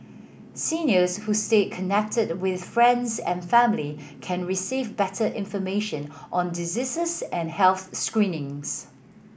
seniors who stay connected with friends and family can receive better information on diseases and health screenings